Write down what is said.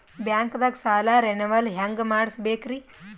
ಬ್ಯಾಂಕ್ದಾಗ ಸಾಲ ರೇನೆವಲ್ ಹೆಂಗ್ ಮಾಡ್ಸಬೇಕರಿ?